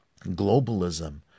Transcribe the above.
Globalism